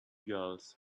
gulls